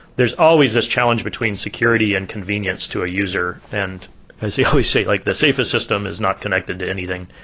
there's always this challenge between security and convenience to a user. and as they always say, like the safest system is not connected to anything,